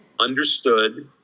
understood